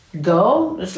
go